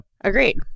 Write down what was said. Agreed